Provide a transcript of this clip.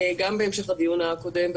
גם בהמשך לדיון הקודם,